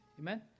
Amen